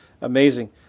amazing